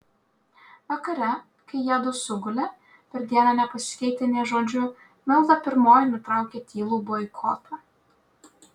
vakare kai jiedu sugulė per dieną nepasikeitę nė žodžiu milda pirmoji nutraukė tylų boikotą